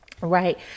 right